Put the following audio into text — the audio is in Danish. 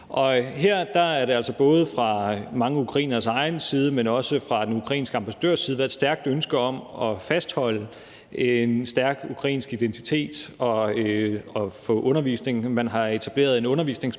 har der altså både fra mange ukraineres egen side, men også fra den ukrainske ambassadørs side været et stærkt ønske om at fastholde en stærk ukrainsk identitet og få undervisning. Man har etableret en undervisningsportal